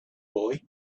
boy